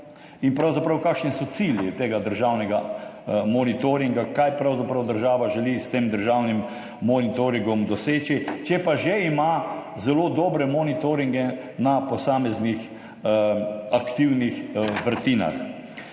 konstrukcija? Kakšni so cilji tega državnega monitoringa, kaj pravzaprav država želi s tem državnim monitoringom doseči, če pa že ima zelo dobre monitoringe na posameznih aktivnih vrtinah?